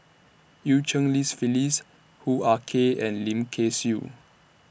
EU Cheng Li Phyllis Hoo Ah Kay and Lim Kay Siu